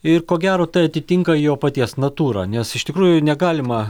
ir ko gero tai atitinka jo paties natūrą nes iš tikrųjų negalima